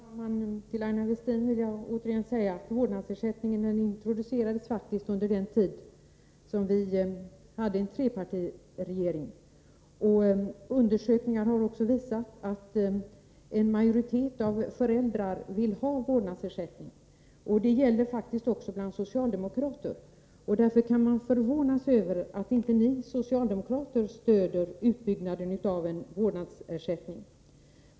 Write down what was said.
Herr talman! Till Aina Westin vill jag återigen säga att vårdnadsersättningen introducerades under den tid som vi hade en trepartiregering. Undersökningar har också visat att en majoritet av föräldrarna vill ha vårdnadsersättning. Det gäller faktiskt också bland socialdemokrater. Därför kan man förvånas över att inte ni socialdemokrater stödjer utbyggnaden av en vårdnadsersättning.